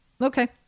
Okay